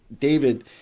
David